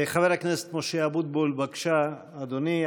חבר הכנסת משה אבוטבול, בבקשה, אדוני.